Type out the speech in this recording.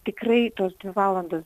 tikrai tos dvi valandos